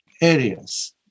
areas